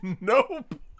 Nope